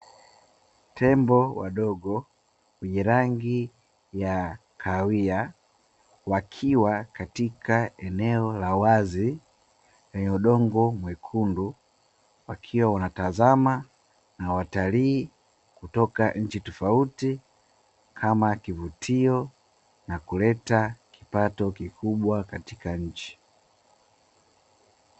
Tembo wadogo wenye rangi ya kahawia, wakiwa katika eneo la wazi lenye udongo mwekundu, wakiwa wanatazama na watalii kutoka nchi tofauti kama kivutio, na kuleta kipato kikubwa katika nchi.